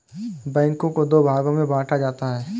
बैंकों को दो भागों मे बांटा जाता है